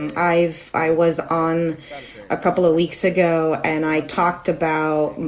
and i've i was on a couple of weeks ago. and i talked about,